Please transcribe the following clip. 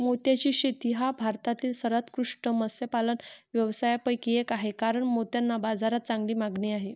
मोत्याची शेती हा भारतातील सर्वोत्कृष्ट मत्स्यपालन व्यवसायांपैकी एक आहे कारण मोत्यांना बाजारात चांगली मागणी आहे